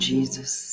Jesus